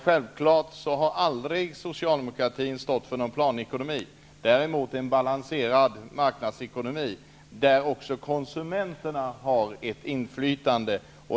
Självfallet har aldrig socialdemokratin stått för någon planekonomi, däremot en balanserad marknadsekonomi, där också konsumenterna har ett inflytande.